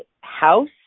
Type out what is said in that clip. house